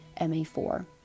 MA4